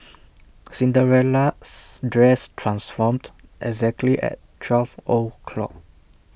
Cinderella's dress transformed exactly at twelve o' clock